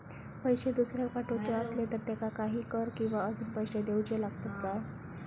पैशे दुसऱ्याक पाठवूचे आसले तर त्याका काही कर किवा अजून पैशे देऊचे लागतत काय?